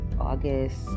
August